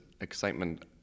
excitement